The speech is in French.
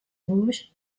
vosges